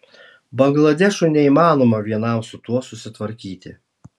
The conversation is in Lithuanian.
bangladešui neįmanoma vienam su tuo susitvarkyti